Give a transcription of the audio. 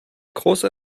großer